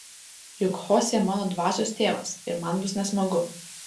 juk chosė mano dvasios tėvas ir man bus nesmagu